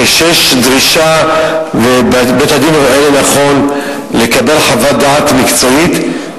כשיש דרישה ובית-הדין רואה לנכון לקבל חוות דעת מקצועית,